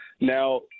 now